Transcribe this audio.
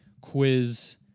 quiz